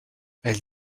elle